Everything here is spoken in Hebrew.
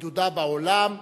בידודה בעולם.